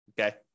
okay